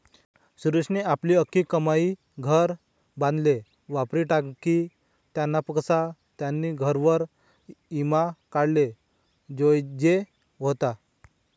सुरेशनी आपली आख्खी कमाई घर बांधाले वापरी टाकी, त्यानापक्सा त्यानी घरवर ईमा काढाले जोयजे व्हता